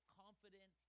confident